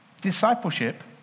Discipleship